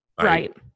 Right